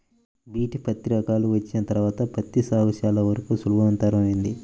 BT పత్తి రకాలు వచ్చిన తర్వాత పత్తి సాగు చాలా వరకు సులభతరమైంది